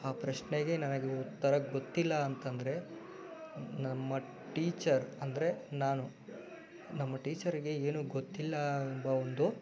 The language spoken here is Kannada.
ಆ ಪ್ರಶ್ನೆಗೆ ನನಗೆ ಉತ್ತರ ಗೊತ್ತಿಲ್ಲ ಅಂತಂದರೆ ನಮ್ಮ ಟೀಚರ್ ಅಂದರೆ ನಾನು ನಮ್ಮ ಟೀಚರಿಗೆ ಏನೂ ಗೊತ್ತಿಲ್ಲ ಎಂಬ ಒಂದು